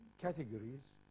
categories